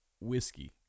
whiskey